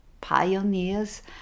pioneers